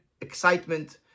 excitement